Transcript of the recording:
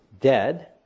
dead